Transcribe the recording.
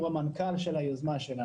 אנחנו משווקים גם בדירה להשכיר.